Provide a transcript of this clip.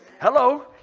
Hello